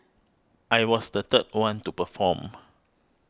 I was the third one to perform